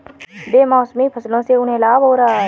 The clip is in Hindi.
बेमौसमी फसलों से उन्हें लाभ हो रहा है